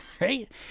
right